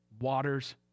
waters